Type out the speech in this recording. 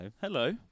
hello